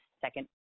second